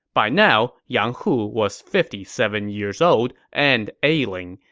by now, yang hu was fifty seven years old and ailing,